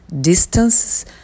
distances